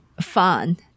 fun